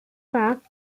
park